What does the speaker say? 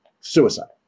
suicide